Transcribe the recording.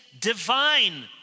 divine